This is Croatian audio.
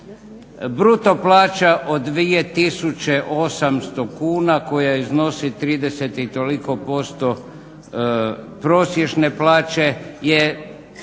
Bruto plaća od 2800 kuna koja iznosi 30 i toliko posto prosječne plaće je